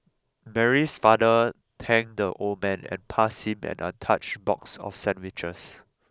Mary's father thanked the old man and passed him an untouched box of sandwiches